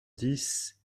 dix